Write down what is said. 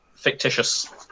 Fictitious